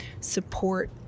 support